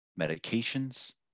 medications